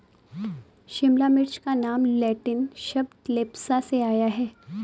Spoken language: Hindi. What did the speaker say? शिमला मिर्च का नाम लैटिन शब्द लेप्सा से आया है